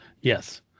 yes